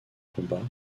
combat